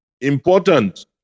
Important